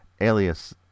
alias